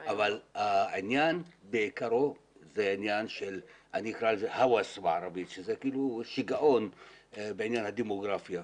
העניין בעיקרו זה עניין שזה כאילו שיגעון בעניין הדמוגרפיה,